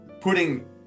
putting